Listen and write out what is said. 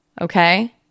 Okay